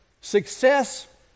success